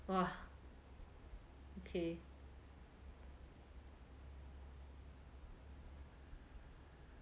!wah! okay